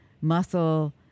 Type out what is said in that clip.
muscle